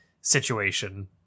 situation